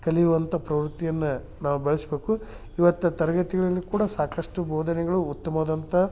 ಕಲಿಯುವಂಥ ಪ್ರವೃತ್ತಿಯನ್ನ ನಾವು ಬೆಳೆಸಬೇಕು ಇವತ್ತು ತರಗತಿಗಳಲ್ಲಿ ಕೂಡ ಸಾಕಷ್ಟು ಬೋಧನೆಗಳು ಉತ್ತಮವಾದಂಥ